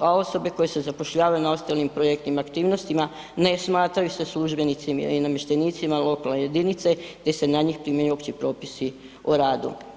a osobe koje se zapošljavaju na ostalim projektnim aktivnostima ne smatraju se službenicima i namještenicima lokalne jedinice te se na njih primjenjuju opći propisi o radu.